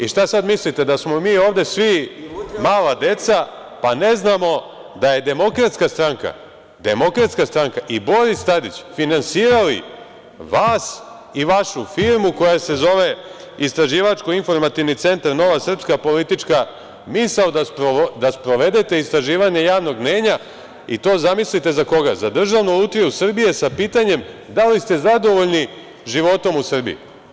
I šta sad mislite, da smo mi ovde svi mala deca, pa ne znamo da su DS i Boris Tadić finansirali vas i vašu firmu koja se zove Istraživačko-informativni centar "Nova srpska politička misao" da sprovedete istraživanje javnog mnenja, i to zamislite za koga, za Državnu lutriju Srbije, sa pitanjem "Da li ste zadovoljni životom u Srbiji"